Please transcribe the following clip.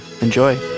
Enjoy